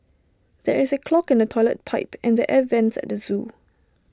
there is A clog in the Toilet Pipe and the air Vents at the Zoo